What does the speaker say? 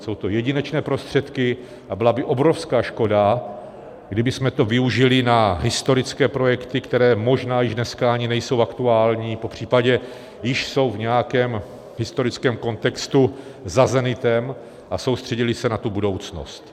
Jsou to jedinečné prostředky a byla by obrovská škoda, kdybychom to využili na historické projekty, které možná již dneska ani nejsou aktuální, popř. již jsou v nějakém historickém kontextu za zenitem, a soustředili se na tu budoucnost.